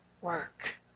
work